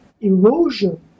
erosion